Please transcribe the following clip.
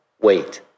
wait